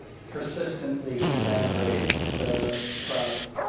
persistently he denigrates the press.